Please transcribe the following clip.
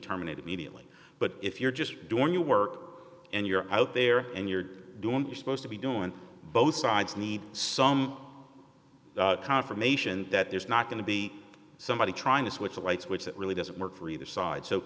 terminate immediately but if you're just doing your work and you're out there and you're supposed to be doing both sides need some confirmation that there's not going to be somebody trying to switch a light switch that really doesn't work for either side so